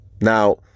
Now